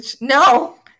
No